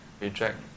reject